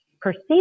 perceive